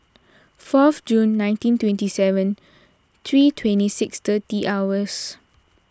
fourth June nineteen twenty seven three twenty six thirty hours